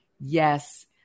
yes